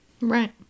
Right